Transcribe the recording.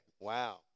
wow